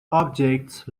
objects